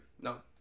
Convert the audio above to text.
No